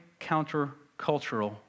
countercultural